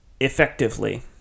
effectively